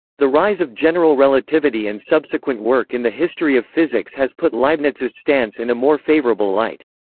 the rise of general relativity and subsequent work in the history of physics has put leibniz's stance in a more favorable light.